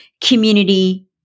community